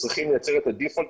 צריך לייצר את הדיפולט,